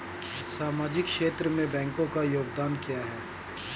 सामाजिक क्षेत्र में बैंकों का योगदान क्या है?